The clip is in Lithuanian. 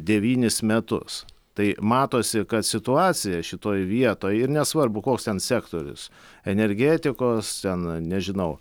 devynis metus tai matosi kad situacija šitoj vietoj ir nesvarbu koks ten sektorius energetikos ten nežinau